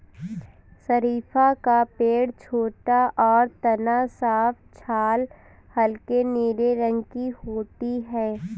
शरीफ़ा का पेड़ छोटा और तना साफ छाल हल्के नीले रंग की होती है